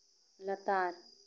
ᱞᱟᱛᱟᱨ